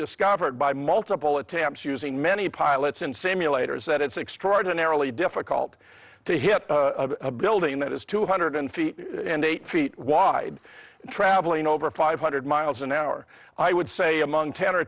discovered by multiple attempts using many pilots in simulators that it's extraordinarily difficult to hit a building that is two hundred feet and eight feet wide traveling over five hundred miles an hour i would say among ten or